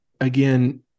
again